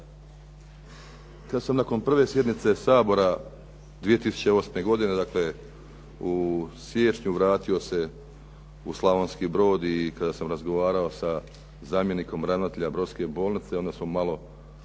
Kad sam nakon 1. sjednice Sabora 2008. godine dakle u siječnju vratio se u Slavonski Brod i kada sam razgovarao sa zamjenikom ravnatelja brodske bolnice onda smo malo